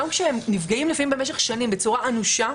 גם כשהם נפגעים לפעמים במשך שנים בצורה אנושה,